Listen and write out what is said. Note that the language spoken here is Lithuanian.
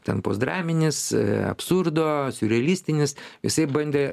ten post draminis absurdo siurrealistinis visaip bandė